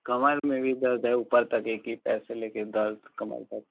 कमर में भी दर्द है ऊपर तक एक ही पैर से ले कर दर्द कमर तक